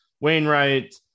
Wainwright